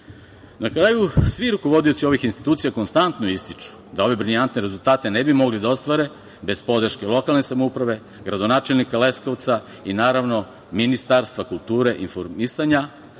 kraju, svi rukovodioci ovih institucija konstantno ističu da ove brilijantne rezultate ne bi mogli da ostvare bez podrške lokalne samouprave, gradonačelnika Leskovca i, naravno, Ministarstva kulture i informisanja,